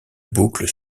boucle